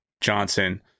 Johnson